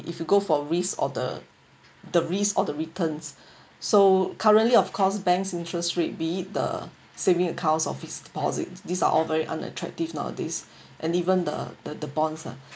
if you go for risk or the the risk or the returns so currently of course bank's interest rate be it the saving accounts or its deposit these are all very unattractive nowadays and even the the the bonds ah